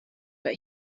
but